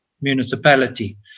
municipality